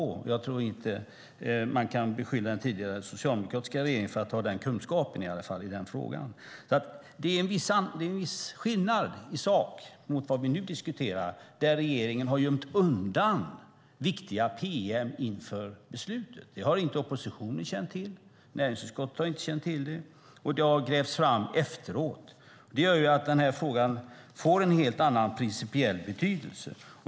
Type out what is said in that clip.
Jag tror i alla fall inte att man kan beskylla den tidigare socialdemokratiska regeringen för att ha haft den kunskapen i den frågan. Det är alltså en viss skillnad i sak mot vad vi nu diskuterar, där regeringen har gömt undan viktiga pm inför beslutet. Detta har inte oppositionen känt till. Näringsutskottet har inte känt till det. Det har grävts fram efteråt. Det gör att frågan får en helt annan principiell betydelse.